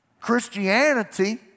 Christianity